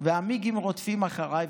והמיגים רודפים אחריי.